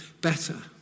better